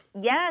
yes